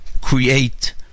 create